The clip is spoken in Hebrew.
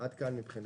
עד כאן מבחינתי.